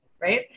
right